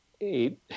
eight